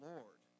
Lord